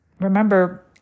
Remember